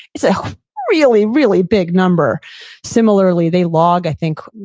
it's a really, really big number similarly, they log i think,